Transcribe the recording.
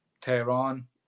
Tehran